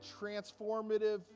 transformative